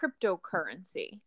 cryptocurrency